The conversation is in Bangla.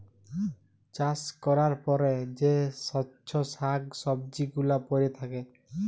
চাষ ক্যরার পরে যে চ্ছব শাক সবজি গুলা পরে থাক্যে